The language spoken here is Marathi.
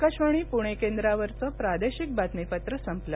आकाशवाणी पुणे केंद्रावरचं प्रादेशिक बातमीपत्र संपलं